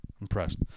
Impressed